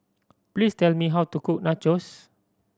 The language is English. please tell me how to cook Nachos